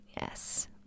Yes